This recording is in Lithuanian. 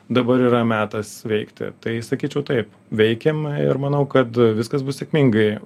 dabar yra metas veikti tai sakyčiau taip veikia ir manau kad viskas bus sėkmingai